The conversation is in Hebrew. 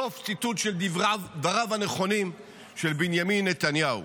סוף ציטוט של דבריו הנכונים של בנימין נתניהו.